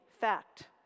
fact